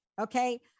Okay